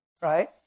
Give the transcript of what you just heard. Right